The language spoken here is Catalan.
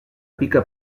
pica